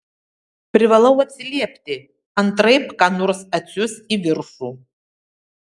privalau atsiliepti antraip ką nors atsiųs į viršų